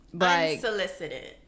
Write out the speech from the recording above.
Unsolicited